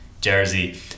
jersey